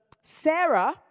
Sarah